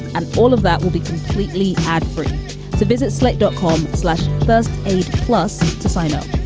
and all of that will be completely ad free to visit slick dot com slash plus eight plus to sign up.